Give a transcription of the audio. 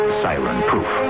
siren-proof